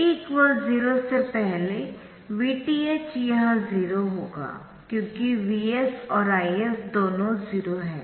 t 0 से पहले Vth यह 0 होगा क्योंकि Vs और Is दोनों 0 है